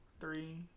three